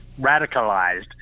radicalized